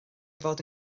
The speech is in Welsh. fod